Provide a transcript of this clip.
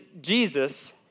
Jesus